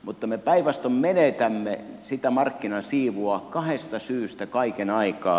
mutta me päinvastoin menetämme sitä markkinasiivua kahdesta syystä kaiken aikaa